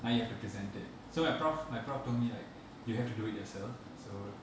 now you have to present it so my prof my prof told me like you have to do it yourself so